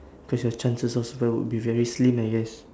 because your chances of survival would be very slim I guess